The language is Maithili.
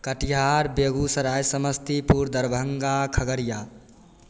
कटिहार बेगूसराय समस्तीपुर दरभङ्गा खगड़िया